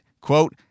quote